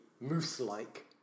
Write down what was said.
moose-like